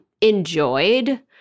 enjoyed